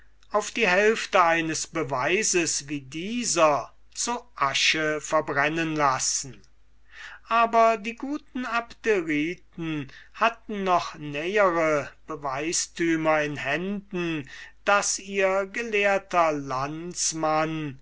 auf die hälfte eines beweises wie dieser ist verbrennen lassen aber die guten abderiten hatten noch nähere beweistümer in händen daß ihr gelehrter landsmann